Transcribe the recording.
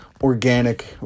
organic